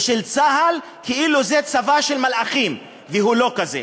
של צה"ל, כאילו זה צבא של מלאכים, והוא לא כזה.